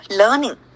learning